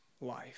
life